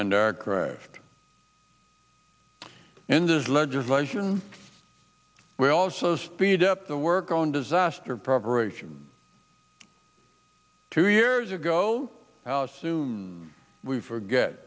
and our craft in this legislation we also speed up the work on disaster preparations two years ago how soon we forget